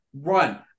run